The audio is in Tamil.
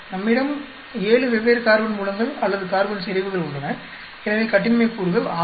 நம்மிடம் 7 வெவ்வேறு கார்பன் மூலங்கள் அல்லது கார்பன் செறிவுகள் உள்ளன எனவே கட்டின்மை கூறுகள் 6